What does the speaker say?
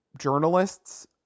journalists